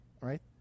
right